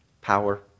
power